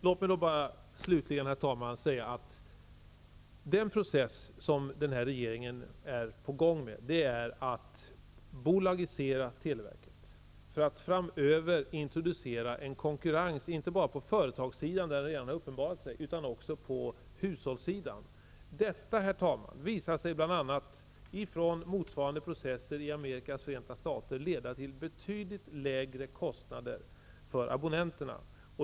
Herr talman! Den här regeringen är mitt i en process med att bolagisera televerket för att framöver introducera en konkurrens, inte bara på företagssidan där den redan uppenbarat sig utan också på hushållssidan. Detta visar sig bl.a. från motsvarande processer i Amerikas Förenta Stater leda till betydligt lägre kostnader för abonnenterna.